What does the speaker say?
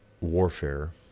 warfare